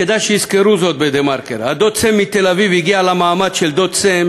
וכדאי שיזכרו זאת ב"דה-מרקר": "הדוד סם" מתל-אביב הגיע למעמד של דוד סם